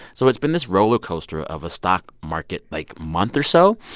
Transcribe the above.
so it's been this roller coaster of a stock market, like, month or so,